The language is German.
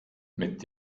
mit